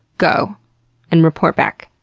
go and report back.